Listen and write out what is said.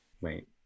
Wait